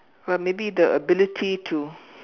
maybe the ability to